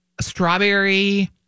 strawberry